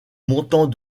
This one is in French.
montant